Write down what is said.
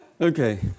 Okay